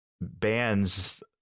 bands